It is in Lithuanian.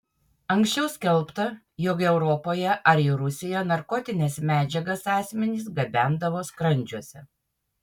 anksčiau skelbta jog europoje ar į rusiją narkotines medžiagas asmenys gabendavo skrandžiuose